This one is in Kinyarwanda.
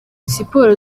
siporo